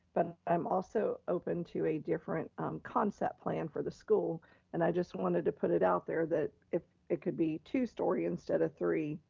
but i'm also open to a different concept plan for the school and i just wanted to put it out there, that it could be two story instead of three,